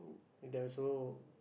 and there also